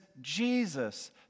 Jesus